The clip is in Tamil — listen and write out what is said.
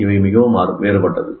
இவை மிகவும் வேறுபட்டது